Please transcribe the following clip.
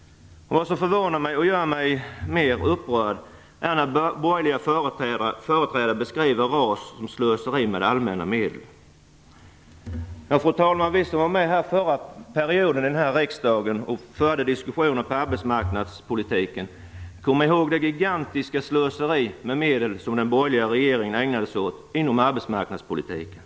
Vad som förvånar mig och gör mig mer upprörd är att borgerliga företrädare beskriver RAS som slöseri med allmänna medel. Fru talman! Vi som var med i riksdagen under den förra mandatperioden och deltog i diskussionen om arbetsmarknadspolitiken kommer ihåg det gigantiska slöseri med medel som den borgerliga regeringen ägnade sig åt inom arbetsmarknadspolitiken.